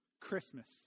Christmas